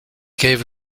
gave